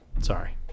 Sorry